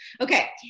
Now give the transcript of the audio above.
Okay